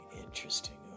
interesting